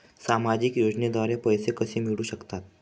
सामाजिक योजनेद्वारे पैसे कसे मिळू शकतात?